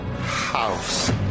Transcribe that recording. house